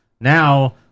Now